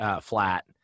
flat